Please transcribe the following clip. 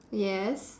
yes